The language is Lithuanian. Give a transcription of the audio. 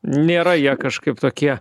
nėra jie kažkaip tokie